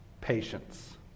patience